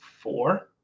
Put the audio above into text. four